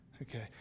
Okay